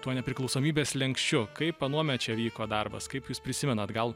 tuo nepriklausomybės slenksčiu kaip anuomet čia vyko darbas kaip jūs prisimenat gal